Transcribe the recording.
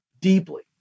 deeply